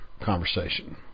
conversation